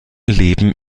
leben